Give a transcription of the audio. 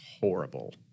horrible